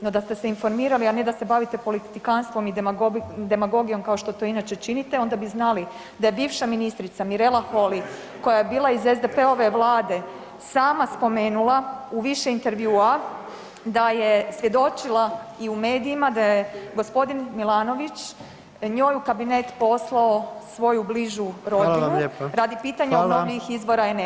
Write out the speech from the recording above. No da ste se informirali, a ne da se bavite politikantstvom i demagogijom kao što to inače činite onda bi znali da je bivša ministrica Mirela Holy koja je bila iz SDP-ove vlade sama spomenula u više intervjua da je svjedočila i u medijima da je gospodin Milanović njoj u kabinet poslao svoju bližu rodbinu radi pitanja obnovljivih izvora energije.